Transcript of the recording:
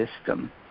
system